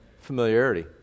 Familiarity